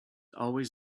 always